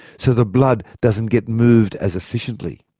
so the blood doesn't get moved as efficiently.